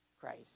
Christ